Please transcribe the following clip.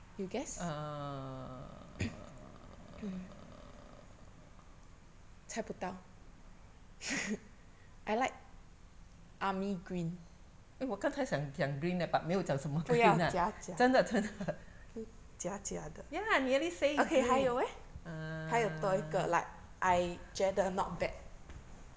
err eh 我刚才想讲 green leh but 没有讲什么 green 啦真的真的 ya lah I nearly say it err